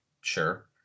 Sure